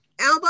elbow